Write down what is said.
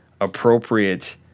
appropriate